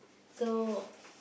so